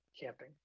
camping